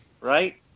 right